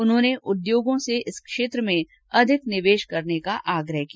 उन्होंने उद्योगों से इस क्षेत्र में अधिक निवेश करने का आग्रह किया